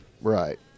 Right